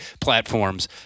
platforms